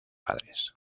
padres